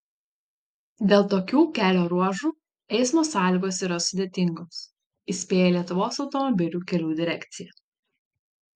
dėl tokių kelio ruožų eismo sąlygos yra sudėtingos įspėja lietuvos automobilių kelių direkcija